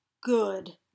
good